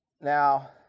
Now